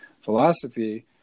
philosophy